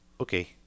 Okay